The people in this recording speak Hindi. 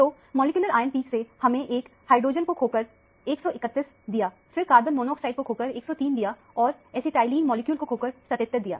तो मॉलिक्यूलर आयन पिक से हमने एक हाइड्रोजन को खोकर 131 दिया फिर कार्बन मोनोऑक्साइड को खोकर 103 दिया और ऐसीटाइलिन मॉलिक्यूल को खोकर 77 दिया